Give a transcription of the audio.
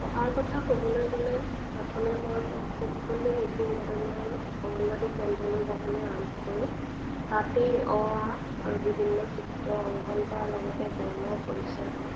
পঢ়াৰ কথা ক'বলৈ গ'লে প্ৰথমে মই পূব খণ্ড মিচিং কদমীয়াল অংগনবাদী কেন্দ্ৰলৈ যাবলৈ আৰম্ভ কৰোঁ তাতেই অ আ আৰু বিভিন্ন চিত্ৰ অংকন কৰাৰ লগতে বৰ্ণৰ পৰিচয় হওঁ